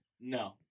No